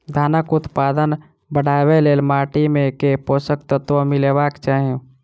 धानक उत्पादन बढ़ाबै लेल माटि मे केँ पोसक तत्व मिलेबाक चाहि?